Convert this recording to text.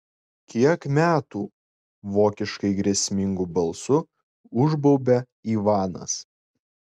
kiek metų vokiškai grėsmingu balsu užbaubia ivanas